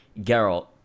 Geralt